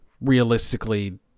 realistically